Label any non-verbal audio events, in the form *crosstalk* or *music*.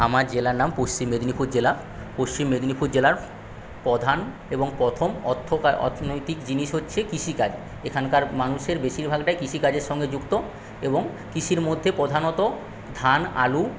আমার জেলার নাম পশ্চিম মেদিনীপুর জেলা পশ্চিম মেদিনীপুর জেলার প্রধান এবং প্রথম *unintelligible* অর্থনৈতিক জিনিস হচ্ছে কৃষিকাজ এখানকার মানুষের বেশিরভাগটাই কৃষিকাজের সঙ্গে যুক্ত এবং কৃষির মধ্যে প্রধানত ধান আলু